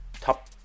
top